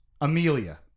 Amelia